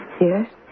Yes